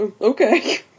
okay